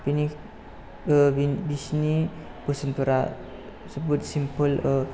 बेनि बिनि बिसिनि बोसोनफोरा जोबोद सिमपोल